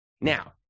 Now